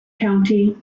county